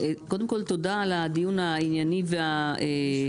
קודם כל תודה על הדיון הענייני והיסודי,